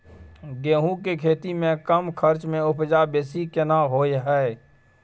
गेहूं के खेती में कम खर्च में उपजा बेसी केना होय है?